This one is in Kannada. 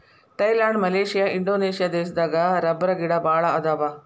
ಥೈಲ್ಯಾಂಡ ಮಲೇಷಿಯಾ ಇಂಡೋನೇಷ್ಯಾ ದೇಶದಾಗ ರಬ್ಬರಗಿಡಾ ಬಾಳ ಅದಾವ